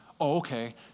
okay